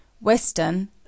western